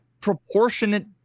Proportionate